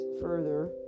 further